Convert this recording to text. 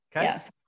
Yes